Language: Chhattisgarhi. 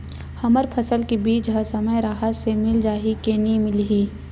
हमर फसल के बीज ह समय राहत ले मिल जाही के नी मिलही?